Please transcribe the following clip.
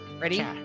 Ready